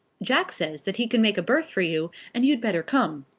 jack says that he can make a berth for you, and you'd better come,